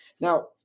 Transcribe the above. Now